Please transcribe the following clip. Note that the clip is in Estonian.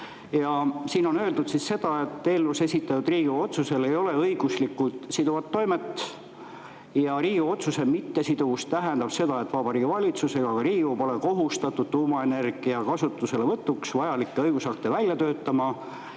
Siin on öeldud seda, et eelnõus esitatud Riigikogu otsusel ei ole õiguslikult siduvat toimet ja Riigikogu otsuse mittesiduvus tähendab seda, et Vabariigi Valitsus ega Riigikogu pole kohustatud tuumaenergia kasutuselevõtuks vajalikke õigusakte välja töötama